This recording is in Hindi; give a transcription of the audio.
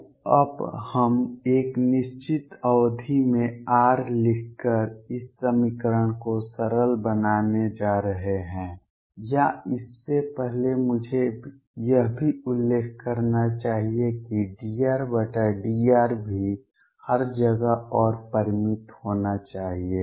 तो अब हम एक निश्चित अवधि में r लिखकर इस समीकरण को सरल बनाने जा रहे हैं या इससे पहले मुझे यह भी उल्लेख करना चाहिए कि dRdr भी हर जगह और परिमित होना चाहिए